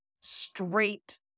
straight